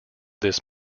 this